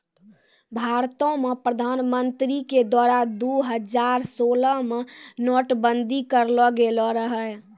भारतो मे प्रधानमन्त्री के द्वारा दु हजार सोलह मे नोट बंदी करलो गेलो रहै